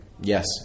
Yes